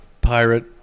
pirate